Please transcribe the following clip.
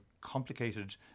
complicated